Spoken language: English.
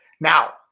Now